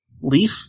leaf